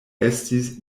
estis